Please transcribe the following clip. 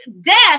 death